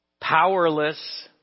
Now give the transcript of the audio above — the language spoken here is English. powerless